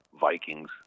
Vikings